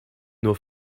nur